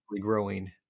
growing